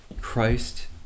Christ